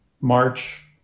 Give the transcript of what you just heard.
March